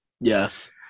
Yes